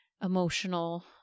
Emotional